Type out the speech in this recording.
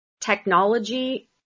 technology